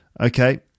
okay